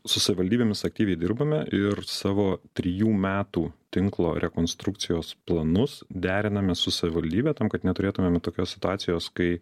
su savivaldybėmis aktyviai dirbame ir savo trijų metų tinklo rekonstrukcijos planus deriname su savivaldybe tam kad neturėtumėm tokios situacijos kai